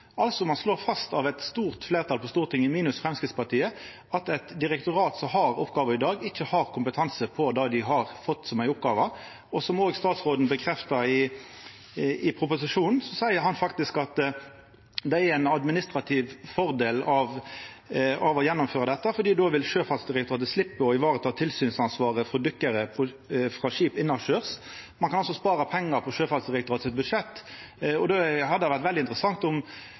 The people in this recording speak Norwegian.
stort fleirtal på Stortinget, minus Framstegspartiet, slår altså fast at det direktoratet som i dag har denne oppgåva, ikkje har kompetanse på det. Statsråden bekreftar det òg i proposisjonen, der han faktisk seier at det er ein administrativ fordel å gjennomføra dette, for då vil Sjøfartsdirektoratet sleppa å ha tilsynsansvaret for dykkarar på skip innanskjers. Ein kan altså spara pengar på Sjøfartsdirektoratet sitt budsjett. Då hadde det vore veldig interessant å høyra om